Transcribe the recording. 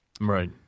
Right